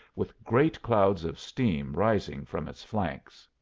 with great clouds of steam rising from its flanks.